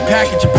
Package